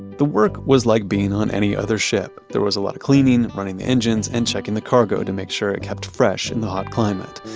the work was like being on any other ship. there was a lot of cleaning and running the engines and checking the cargo to make sure it kept fresh in the hot climate,